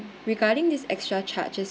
regarding this extra charges